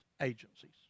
agencies